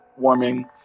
warming